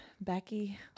Becky